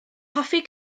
hoffi